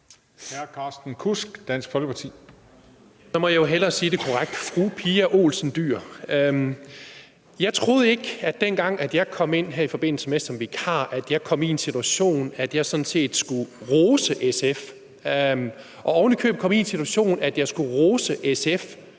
17:19 Carsten Kudsk (DF): Så må jeg hellere sige det korrekt – fru Pia Olsen Dyhr. Jeg troede ikke, dengang jeg kom ind her som vikar, at jeg kom i en situation, hvor jeg sådan set skulle rose SF, og oven i købet komme i en situation, hvor jeg skulle rose SF